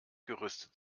gerüstet